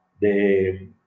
de